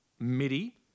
MIDI